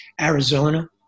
Arizona